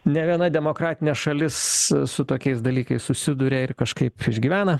ne viena demokratinė šalis e su tokiais dalykais susiduria ir kažkaip išgyvena